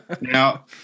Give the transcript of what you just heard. now